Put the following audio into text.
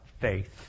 faith